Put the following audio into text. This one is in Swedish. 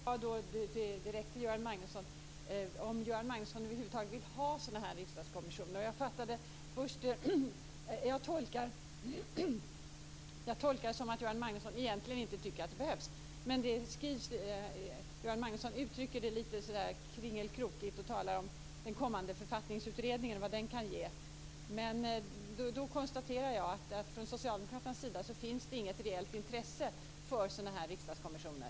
Herr talman! Min fråga var direkt till Göran Magnusson om Göran Magnusson över huvud taget vill ha sådana här riksdagskommissioner, och jag tolkar detta som att Göran Magnusson egentligen inte tycker att det behövs. Men Göran Magnusson uttrycker det lite kringelkrokigt och talar om den kommande författningsutredningen och vad den kan ge. Då konstaterar jag att från Socialdemokraternas sida finns det inget reellt intresse för sådana här riksdagskommissioner.